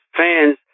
fans